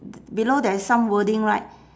below there is some wording right